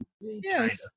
Yes